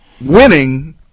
winning